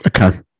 okay